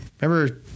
Remember